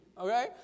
Okay